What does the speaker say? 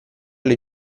alle